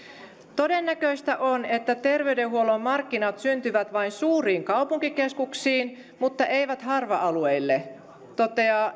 todennäköistä on että terveydenhuollon markkinat syntyvät vain suuriin kaupunkikeskuksiin mutta eivät harva alueille toteaa